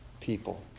people